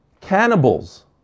Cannibals